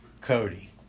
Cody